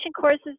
courses